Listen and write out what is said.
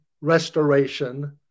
restoration